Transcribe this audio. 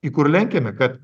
į kur lenkiame kad